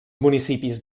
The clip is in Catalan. municipis